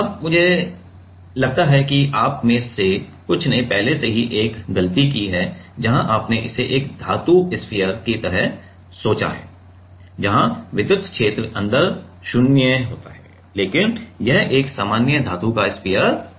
अब मुझे लगता है कि आप में से कुछ ने पहले से ही एक गलती की है जहां आपने इसे एक धातु स्फीयर की तरह सोचा है जहां विद्युत क्षेत्र अंदर 0 है लेकिन यह एक सामान्य धातु का स्फीयर नहीं है